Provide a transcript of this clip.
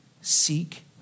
seek